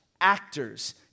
actors